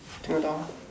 听得到吗